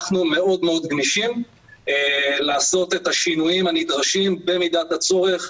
אנחנו מאוד מאוד גמישים לעשות את השינויים הנדרשים במידת הצורך,